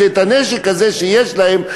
שאת הנשק הזה שיש להם,